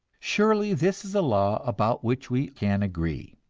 surely this is a law about which we can agree!